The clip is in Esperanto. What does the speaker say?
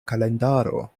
kalendaro